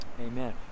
amen